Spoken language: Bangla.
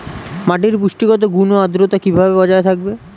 মাটির পুষ্টিগত গুণ ও আদ্রতা কিভাবে বজায় থাকবে?